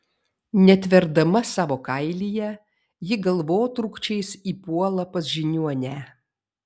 netverdama savo kailyje ji galvotrūkčiais įpuola pas žiniuonę